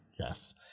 Yes